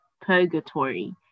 purgatory